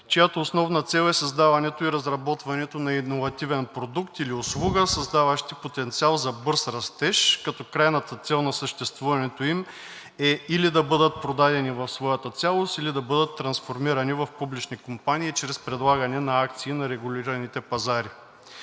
чиято основна цел е създаването и разработването на иновативен продукт или услуга, създаващи потенциал за бърз растеж, като крайната цел на съществуването им е или да бъдат продадени в своята цялост, или да бъдат трансформирани в публични компании чрез предлагане на акции на регулираните пазари.